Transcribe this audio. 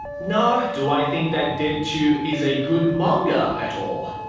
no. do i think that dead tube is a good manga at all?